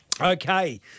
Okay